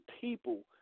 people